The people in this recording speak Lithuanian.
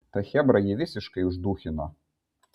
ta chebra jį visiškai uždūchino